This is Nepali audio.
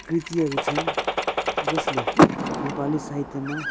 कृतिहरू छन् जसले नेपाली साहित्यमा